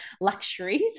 luxuries